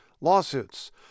lawsuits